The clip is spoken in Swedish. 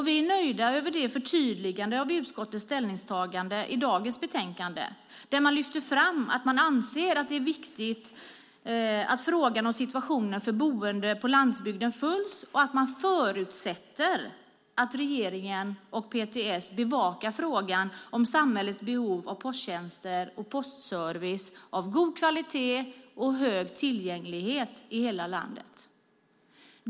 Vi är nöjda med det förtydligande av utskottets ställningstagande som finns i dagens betänkande, där man lyfter fram att man anser det viktigt att frågan om situationen för boende på landsbygden följs och att man förutsätter att regeringen och PTS bevakar frågan om samhällets behov av posttjänster och postservice av god kvalitet och hög tillgänglighet i hela landet.